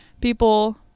people